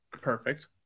perfect